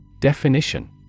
Definition